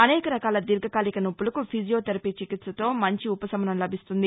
అనేక రకాల దీర్ఘకాలిక నొప్పలకు ఫిజియోధెరఫీ చికిత్స తో మంచి ఉపశమనం లభిస్తుంది